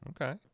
okay